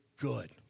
good